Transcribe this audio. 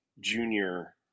junior